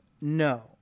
no